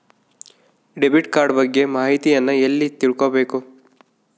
Debit card ಬಗ್ಗೆ ಮಾಹಿತಿಯನ್ನ ಎಲ್ಲಿ ತಿಳ್ಕೊಬೇಕು?